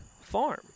farm